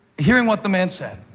hearing what the man said,